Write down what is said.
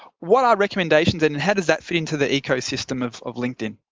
what are recommendations and and how does that fit into the ecosystem of of linkedin?